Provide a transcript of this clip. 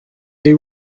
they